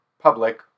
public